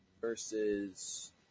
versus